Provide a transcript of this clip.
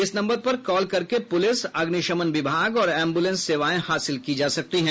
इस नंबर पर कॉल करके पुलिस अग्निशमन विभाग और एम्बुलेंस सेवाएं हासिल की जा सकती हैं